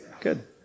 Good